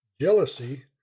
Jealousy